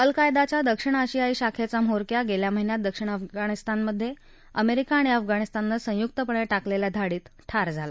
अल कायदाच्या दक्षिण आशियाई शाखप्त म्होरक्या गव्खा महिन्यात दक्षिण अफगाणिस्तानमध्य अमरिका आणि अफगाणिस्ताननं संयुकपणक्रिलेखा कारवाईत ठार झाला